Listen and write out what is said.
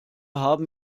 haben